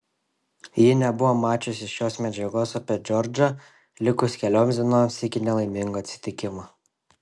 ji nebuvo mačiusi šios medžiagos apie džordžą likus kelioms dienoms iki nelaimingo atsitikimo